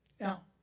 Now